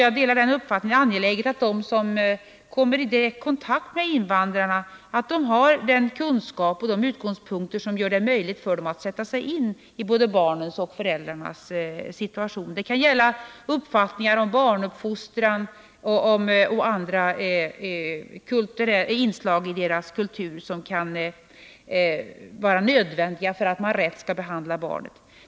Jag delar även uppfattningen att det är angeläget att de som kommer i direkt kontakt med invandrarna har sådana kunskaper och utgångspunkter som gör det möjligt för dem att sätta sig in i både barnens och föräldrarnas situation. Det kan gälla uppfattningar om barnuppfostran och andra inslag i deras kultur, som kan vara nödvändiga att känna till för att kunna behandla barnen rätt.